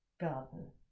garden